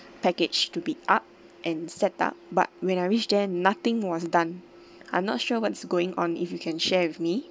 package to be up and set up but when I reach there nothing was done I'm not sure what's going on if you can share with me